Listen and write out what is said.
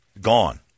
gone